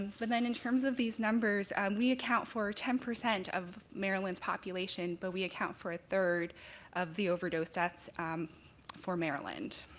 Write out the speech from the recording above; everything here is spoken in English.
but then in terms of these numbers, we account for ten percent of maryland's population but we account for a third of the overdose deaths for maryland.